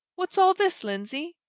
what's all this, lindsey?